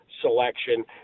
selection